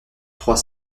trois